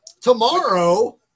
Tomorrow